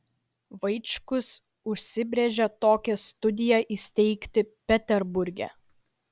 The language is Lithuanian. vaičkus užsibrėžė tokią studiją įsteigti peterburge